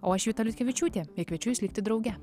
o aš juta liutkevičiūtė ir kviečiu jūs likti drauge